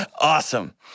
Awesome